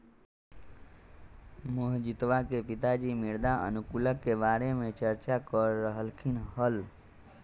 मोहजीतवा के पिताजी मृदा अनुकूलक के बारे में चर्चा कर रहल खिन हल